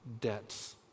debts